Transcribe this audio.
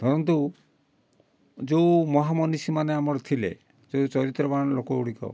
ଧରନ୍ତୁ ଯେଉଁ ମହା ମୁନିଷି ମାନେ ଆମର ଥିଲେ ଚରିତ୍ରବାନ ଲୋକଗୁଡ଼ିକ